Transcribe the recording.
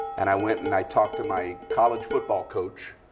and i went and i talked to my college football coach.